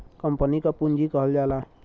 company क पुँजी कहल जाला